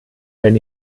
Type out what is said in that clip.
wenn